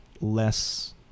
less